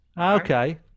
Okay